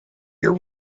your